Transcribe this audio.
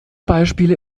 beispiele